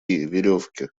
веревки